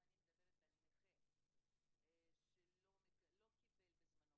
אם אני מדברת על נכה שלא קיבל בזמנו